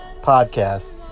podcast